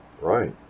Right